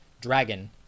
dragon